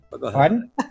Pardon